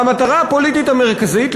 והמטרה הפוליטית המרכזית,